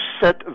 set